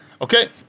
Okay